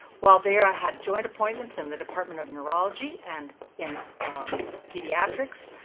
while there, i had joint appointments in the department of neurology and in pediatrics.